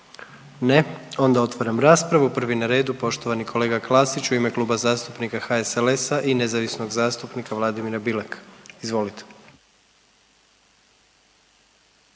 Ne. Onda otvaram raspravu. Prvi na redu, poštovani kolega Klasić u ime Kluba zastupnika HSLS-a i nezavisnog zastupnika Vladimira Bileka, izvolite.